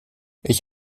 ich